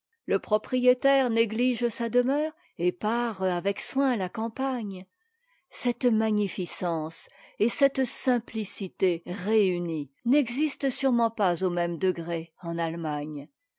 le propriétaire néglige sa demeure et pare avec soin la campagne cette magnificence et cette simplicité réunies n'existent sûrement pas au même degré en allemagne